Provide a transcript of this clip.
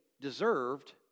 deserved